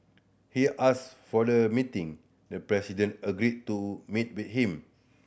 he asked for the meeting the president agreed to meet with him